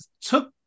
took